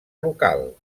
local